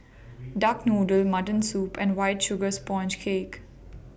Duck Noodle Mutton Soup and White Sugar Sponge Cake